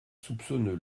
soupçonneux